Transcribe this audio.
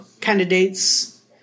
candidates